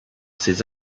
ses